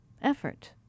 effort